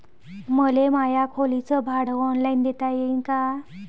मले माया खोलीच भाड ऑनलाईन देता येईन का?